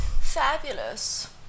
Fabulous